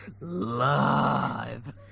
live